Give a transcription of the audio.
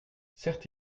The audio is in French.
certes